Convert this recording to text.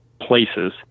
places